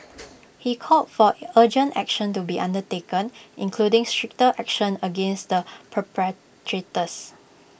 he called for urgent action to be undertaken including stricter action against the perpetrators